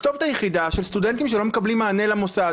הכתובת היחידה של סטודנטים שלא מקבלים מענה למוסד